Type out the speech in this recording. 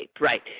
right